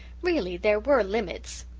really, there were limits!